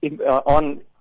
on